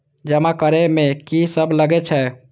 जमा करे में की सब लगे छै?